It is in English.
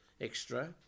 extra